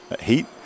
heat